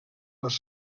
les